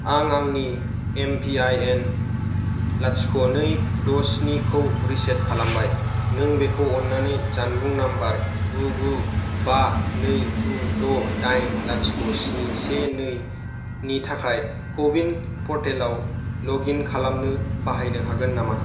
आं आंनि M P I N लाथिख' नै द' स्नि खौ रिसेट खालामबाय नों बेखौ अन्नानै जानबुं नाम्बार गु गु बा नै गु द' दाइन लाथिख' स्नि से नैनि थाखाय क' विन पर्टेलाव लगइन खालामनो बाहायनो हागोन नामा